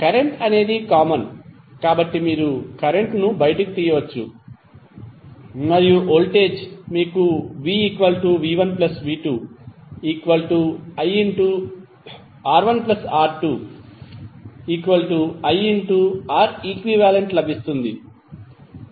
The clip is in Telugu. కరెంట్ అనేది కామన్ కాబట్టి మీరు కరెంట్ ను బయటకు తీయవచ్చు మరియు మీకుvv1v2iR1R2iReq లభిస్తుంది